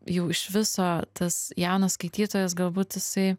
jau iš viso tas jaunas skaitytojas galbūt jisai